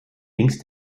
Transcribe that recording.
links